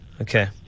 Okay